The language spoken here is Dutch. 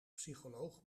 psycholoog